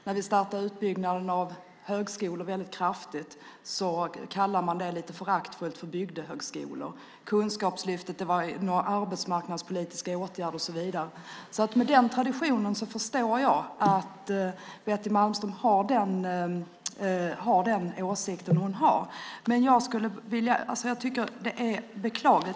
När vi startade utbyggnaden av högskolan väldigt kraftigt kallade man det lite föraktfullt för "bygdehögskolor", Kunskapslyftet var en arbetsmarknadspolitisk åtgärd och så vidare. Med den traditionen förstår jag att Betty Malmberg har den åsikt hon har. Jag tycker att det är beklagligt.